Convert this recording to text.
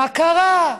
מה קרה?